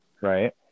Right